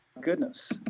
goodness